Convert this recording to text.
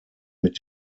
mit